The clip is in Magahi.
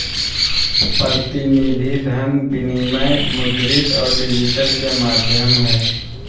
प्रतिनिधि धन विनिमय मुद्रित और डिजिटल के माध्यम हइ